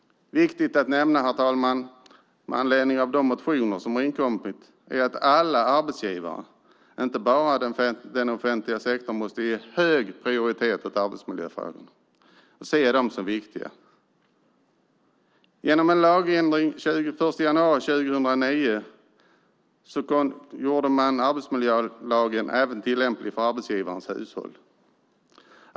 Viktigt att nämna, herr talman, med anledning av de motioner som inkommit, är att alla arbetsgivare, inte bara de inom den offentliga sektorn, måste ge hög prioritet åt arbetsmiljöfrågorna och se dem som viktiga. Genom en lagändring den 1 januari 2009 gjordes arbetsmiljölagen tillämplig även för arbetsgivarens hushåll.